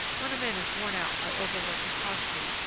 when a man is worn out by overwork and poverty,